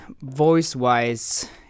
voice-wise